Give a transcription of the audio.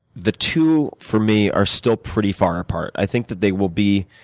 the two, for me, are still pretty far apart. i think that they will be